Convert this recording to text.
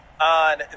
on